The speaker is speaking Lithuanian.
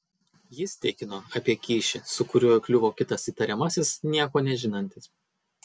jis tikino apie kyšį su kuriuo įkliuvo kitas įtariamasis nieko nežinantis